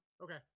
Okay